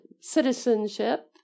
citizenship